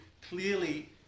clearly